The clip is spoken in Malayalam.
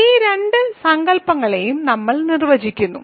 ഈ രണ്ട് സങ്കൽപ്പങ്ങളെയും നമ്മൾ നിർവചിക്കുന്നു